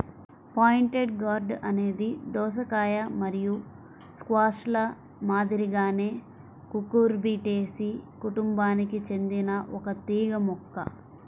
pointed gourd అనేది దోసకాయ మరియు స్క్వాష్ల మాదిరిగానే కుకుర్బిటేసి కుటుంబానికి చెందిన ఒక తీగ మొక్క